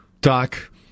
Doc